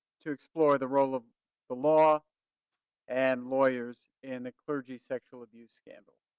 to explore the role of the law and lawyers in the clergy sexual abuse scandal.